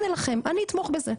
הנה לכם אני אתמוך בזה,